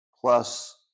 plus